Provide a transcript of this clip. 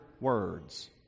words